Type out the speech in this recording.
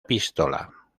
pistola